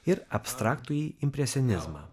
ir abstraktųjį impresionizmą